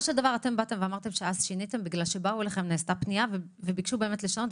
אמרתם ששיניתם כי הייתה פנייה אליכם וביקשו לשנות.